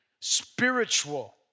spiritual